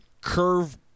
curve